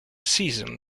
season